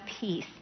peace